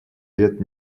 лет